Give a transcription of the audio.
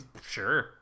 sure